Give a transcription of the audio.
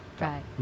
Right